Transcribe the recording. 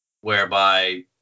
whereby